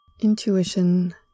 Intuition